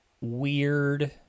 weird